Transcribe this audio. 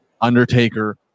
Undertaker